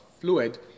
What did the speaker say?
fluid